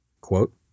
quote